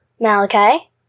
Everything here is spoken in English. Malachi